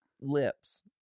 lips